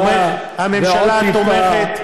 הממשלה תומכת.